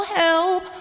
help